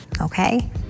okay